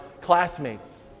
classmates